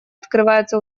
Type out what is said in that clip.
открывается